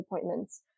appointments